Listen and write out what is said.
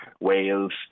Wales